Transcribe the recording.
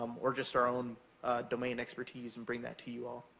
um or just our own domain expertise and bring that to you all?